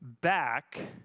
back